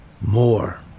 More